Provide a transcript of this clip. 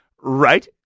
Right